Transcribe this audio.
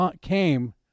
came